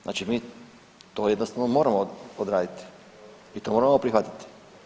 Znači mi to jednostavno moramo odraditi, mi to moramo prihvatiti.